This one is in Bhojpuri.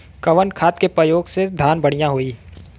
कवन खाद के पयोग से धान बढ़िया होई?